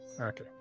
Okay